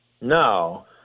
No